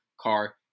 car